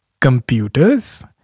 computers